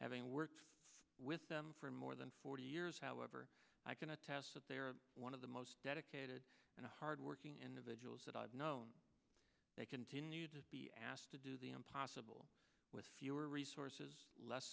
having worked with them for more than forty years however i can attest that they are one of the most dedicated and hard working individuals that i've known they continue to be asked to do the impossible with fewer resources less